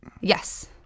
Yes